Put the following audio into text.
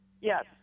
Yes